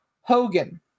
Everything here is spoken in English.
Hogan